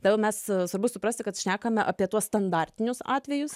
tel mes svarbu suprasti kad šnekame apie tuos standartinius atvejus